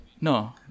No